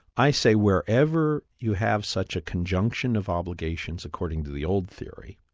i say wherever you have such a conjunction of obligations according to the old theory,